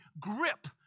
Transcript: grip